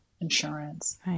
insurance